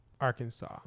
Arkansas